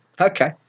Okay